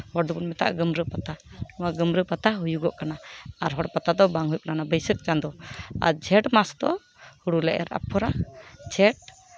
ᱦᱚᱲ ᱫᱚᱠᱚ ᱢᱮᱛᱟᱜᱼᱟ ᱜᱟᱹᱢᱨᱟᱹ ᱯᱟᱛᱟ ᱱᱚᱣᱟ ᱜᱟᱹᱢᱨᱟᱹ ᱯᱟᱛᱟ ᱦᱩᱭᱩᱜᱚᱜ ᱠᱟᱱᱟ ᱟᱨ ᱦᱚᱲ ᱯᱟᱛᱟ ᱫᱚ ᱵᱟᱝ ᱦᱩᱭᱩᱜ ᱠᱟᱱᱟ ᱵᱟᱹᱭᱥᱟᱹᱠᱷ ᱪᱟᱸᱫᱚ ᱟᱨ ᱡᱷᱮᱸᱴ ᱢᱟᱥ ᱫᱚ ᱦᱩᱲᱩᱞᱮ ᱮᱨ ᱟᱯᱷᱚᱨᱟ ᱡᱷᱮᱸᱴ